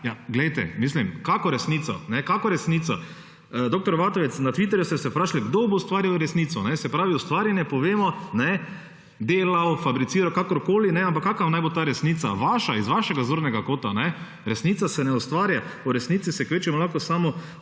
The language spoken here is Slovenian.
glejte, mislim, kakšno resnico? Dr. Vatovec, na Twitterju ste se vprašali kdo bo ustvarjal resnico. Se pravi v stvari na povemo delal, fabriciral, kakorkoli, ampak kakšna naj bo ta resnica vaša, iz vašega zornega kota. Resnica se ne ustvarja, v resnici se kvečjemu lahko samo